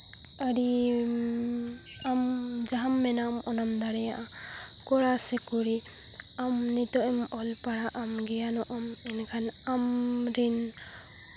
ᱟᱹᱰᱤ ᱟᱢ ᱡᱟᱦᱟᱸᱢ ᱢᱮᱱᱟᱢ ᱚᱱᱟᱢ ᱫᱟᱲᱮᱭᱟᱜᱼᱟ ᱠᱚᱲᱟ ᱥᱮ ᱠᱩᱲᱤ ᱟᱢ ᱱᱤᱛᱚᱜ ᱮᱢ ᱚᱞ ᱯᱟᱲᱦᱟᱜᱼᱟᱢ ᱜᱮᱭᱟᱱᱚᱜ ᱟᱢ ᱮᱱᱰᱮᱠᱷᱟᱱ ᱟᱢ ᱨᱮᱱ